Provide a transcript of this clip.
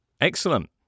excellent